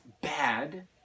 bad